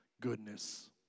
goodness